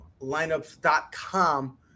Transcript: Lineups.com